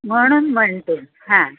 म्हणून म्हणते हां